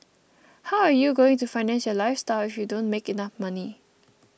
how are you going to finance your lifestyle if you don't make enough money